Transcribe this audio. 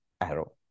arrow